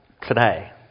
today